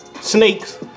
snakes